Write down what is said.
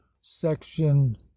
section